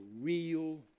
real